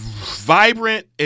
vibrant